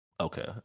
Okay